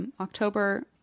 October